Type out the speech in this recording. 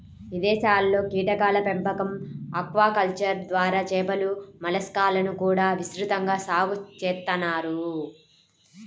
ఇదేశాల్లో కీటకాల పెంపకం, ఆక్వాకల్చర్ ద్వారా చేపలు, మలస్కాలను కూడా విస్తృతంగా సాగు చేత్తన్నారు